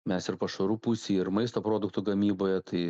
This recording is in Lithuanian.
mes ir pašarų pusėj ir maisto produktų gamyboje tai